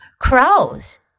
Crows